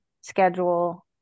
schedule